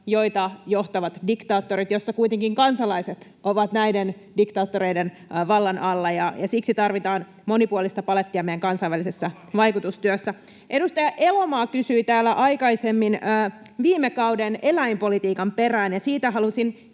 joita johtavat diktaattorit ja joissa kuitenkin kansalaiset ovat näiden diktaattoreiden vallan alla. Siksi tarvitaan monipuolista palettia meidän kansainvälisessä vaikutustyössämme. Edustaja Elomaa kysyi täällä aikaisemmin viime kauden eläinpolitiikan perään, ja siitä halusin